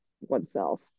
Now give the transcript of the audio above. oneself